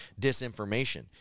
disinformation